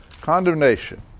Condemnation